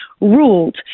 ruled